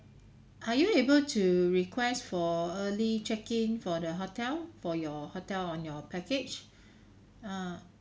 are you able to request for early check in for the hotel for your hotel on your package uh